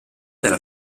della